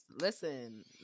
listen